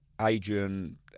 Adrian